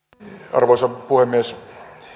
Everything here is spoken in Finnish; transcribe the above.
arvoisa puhemies